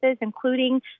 including